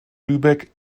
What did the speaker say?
lübeck